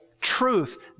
truth